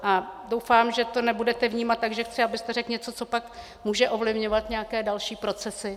A doufám, že to nebudete vnímat tak, že chci, abyste řekl něco, co pak může ovlivňovat nějaké další procesy.